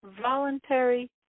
voluntary